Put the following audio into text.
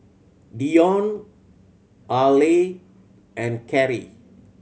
Dion Arleth and Kerrie